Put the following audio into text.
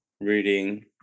reading